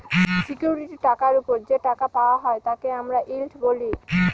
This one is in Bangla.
সিকিউরিটি টাকার ওপর যে টাকা পাওয়া হয় তাকে আমরা ইল্ড বলি